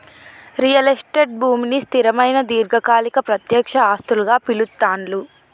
real estate భూమిని స్థిరమైన దీర్ఘకాలిక ప్రత్యక్ష ఆస్తులుగా పిలుత్తాండ్లు